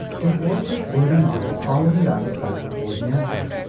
his lordship's brooding eyes followed it out of sight before he answered.